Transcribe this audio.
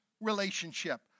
relationship